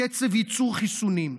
קצב ייצור חיסונים,